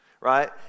Right